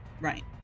right